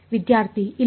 ವಿದ್ಯಾರ್ಥಿ ಇಲ್ಲ